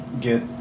get